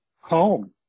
Home